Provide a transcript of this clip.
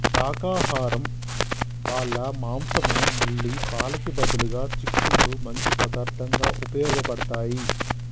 శాకాహరం వాళ్ళ మాంసం మళ్ళీ పాలకి బదులుగా చిక్కుళ్ళు మంచి పదార్థంగా ఉపయోగబడతాయి